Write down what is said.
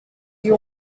you